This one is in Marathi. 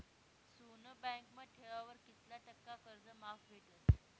सोनं बँकमा ठेवावर कित्ला टक्का कर्ज माफ भेटस?